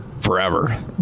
forever